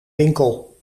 winkel